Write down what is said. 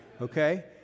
Okay